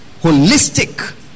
Holistic